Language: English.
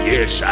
Yes